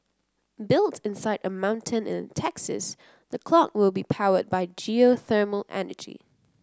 built inside a mountain in Texas the clock will be powered by geothermal energy